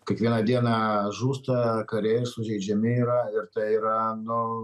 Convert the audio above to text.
kiekvieną dieną žūsta kariai sužeidžiami yra ir tai yra nu